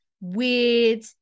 weird